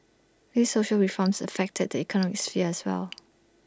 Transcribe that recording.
these social reforms affect the economic sphere as well